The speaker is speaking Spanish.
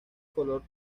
color